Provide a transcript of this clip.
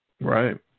Right